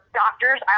doctors